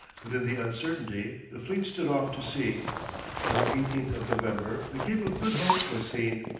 but in the uncertainty the fleet stood off to sea on the eighteenth of november the cape of good hope was seen,